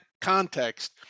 context